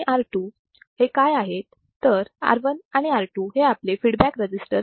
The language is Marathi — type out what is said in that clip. R1 आणि R2 हे काय आहेत तर R1 आणि R2 हे आपले फीडबॅक रजिस्टर आहेत